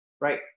Right